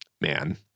Man